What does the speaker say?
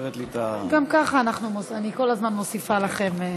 סופרת לי את, גם ככה אני כל הזמן מוסיפה לכם.